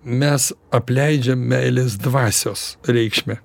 mes apleidžiam meilės dvasios reikšme